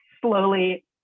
slowly